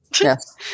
Yes